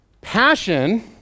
passion